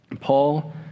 Paul